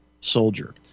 soldier